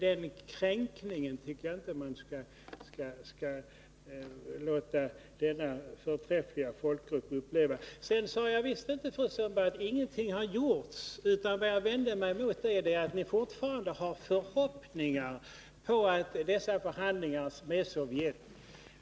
Denna kränkning tycker jag inte att man skall låta denna förträffliga folkgrupp uppleva. Jag sade, fru Sundberg, visst inte att ingenting har gjorts. Jag vände mig emot att ni fortfarande har förhoppningar när det gäller förhandlingarna med Sovjet.